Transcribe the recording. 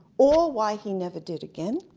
or why he never did again.